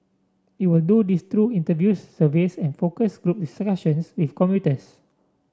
it will do this through interviews surveys and focus group discussions with commuters